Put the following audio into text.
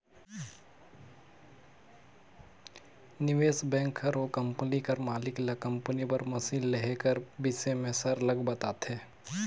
निवेस बेंक हर ओ कंपनी कर मालिक ल कंपनी बर मसीन लेहे कर बिसे में सरलग बताथे